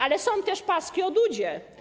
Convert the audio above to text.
Ale są też paski o Dudzie.